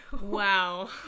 Wow